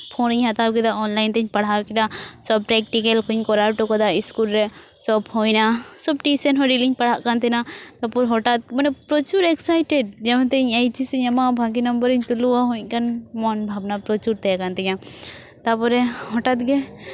ᱯᱷᱳᱱᱤᱧ ᱦᱟᱛᱟᱣ ᱠᱮᱫᱟ ᱚᱱᱞᱟᱭᱤᱱ ᱛᱤᱧ ᱯᱟᱲᱦᱟᱣ ᱠᱮᱫᱟ ᱥᱚᱵᱽ ᱯᱨᱮᱠᱴᱤᱠᱮᱞ ᱠᱚᱧ ᱠᱚᱨᱟᱣ ᱦᱚᱴᱚ ᱠᱟᱫᱟ ᱤᱥᱩᱞ ᱨᱮ ᱥᱚᱵᱽ ᱦᱩᱭᱱᱟ ᱥᱚᱵᱽ ᱴᱤᱭᱩᱥᱚᱱ ᱦᱚᱸ ᱚᱱᱞᱟᱭᱤᱱ ᱨᱤᱧ ᱯᱟᱲᱦᱟᱜ ᱠᱟᱱ ᱛᱟᱦᱮᱱᱟ ᱛᱟᱨᱯᱚᱨ ᱦᱚᱴᱟᱛ ᱢᱟᱱᱮ ᱯᱨᱚᱪᱩᱨ ᱮᱠᱥᱟᱭᱴᱮᱰ ᱡᱮᱢᱚᱱ ᱛᱮᱦᱤᱧ ᱮᱭᱤᱪ ᱮᱥ ᱤᱧ ᱮᱢᱟ ᱵᱷᱟᱜᱮ ᱱᱚᱢᱵᱚᱨ ᱤᱧ ᱛᱩᱞᱟᱹᱣᱟ ᱦᱳᱭ ᱚᱱᱠᱟᱱ ᱢᱚᱱ ᱵᱷᱟᱵᱽᱱᱟ ᱯᱨᱚᱪᱩᱨ ᱛᱟᱦᱮᱸ ᱠᱟᱱ ᱛᱤᱧᱟ ᱛᱟᱨᱯᱚᱨᱮ ᱦᱚᱴᱟᱛ ᱜᱮ